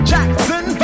Jackson